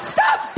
Stop